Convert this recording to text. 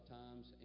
times